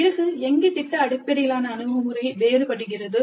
பிறகு எங்கே திட்ட அடிப்படையிலான அணுகுமுறை வேறுபடுகிறது